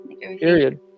Period